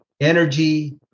energy